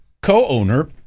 co-owner